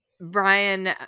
Brian